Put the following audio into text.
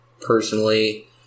personally